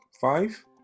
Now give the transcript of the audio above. five